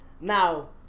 Now